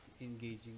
engaging